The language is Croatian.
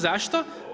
Zašto?